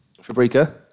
Fabrica